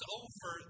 over